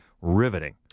riveting